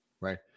Right